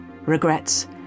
regrets